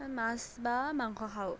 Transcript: মাছ বা মাংস খাওঁ